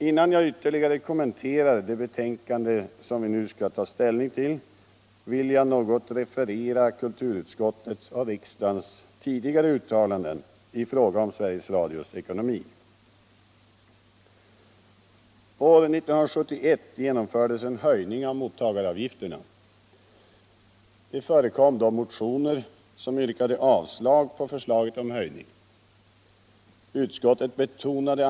Innan jag ytterligare kommenterar det betänkande som vi nu skall ta ställning till vill jag något referera kulturutskottets och riksdagens tidigare uttalanden i fråga om Sveriges Radios ekonomi.